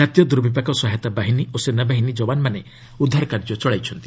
ଜାତୀୟ ଦୁର୍ବିପାକ ସହାୟତା ବାହିନୀ ଓ ସେନାବାହିନୀ ଯବାନମାନେ ଉଦ୍ଧାର କାର୍ଯ୍ୟ ଚଳାଇଛନ୍ତି